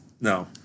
no